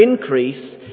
increase